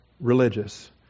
religious